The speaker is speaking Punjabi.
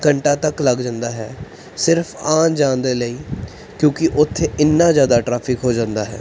ਘੰਟਾ ਤੱਕ ਲੱਗ ਜਾਂਦਾ ਹੈ ਸਿਰਫ ਆਉਣ ਜਾਣ ਦੇ ਲਈ ਕਿਉਂਕਿ ਉੱਥੇ ਇੰਨਾ ਜ਼ਿਆਦਾ ਟਰੈਫਿਕ ਹੋ ਜਾਂਦਾ ਹੈ